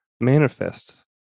manifests